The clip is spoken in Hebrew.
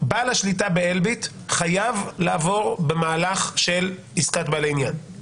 בעל השליטה באלביט חייב לעבור במהלך של עסקת בעלי עניין,